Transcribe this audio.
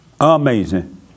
Amazing